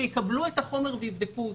שיקבלו את החומר ויבדקו אותו.